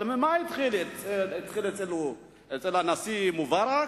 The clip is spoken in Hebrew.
אבל במה התחיל אצל הנשיא מובארק?